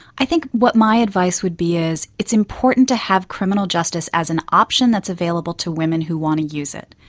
i think what my advice would be is it's important to have criminal justice as an option that's available to women who want to use it.